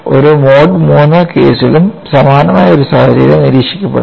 ഒരു mode III കേസിലും സമാനമായ ഒരു സാഹചര്യം നിരീക്ഷിക്കപ്പെടുന്നു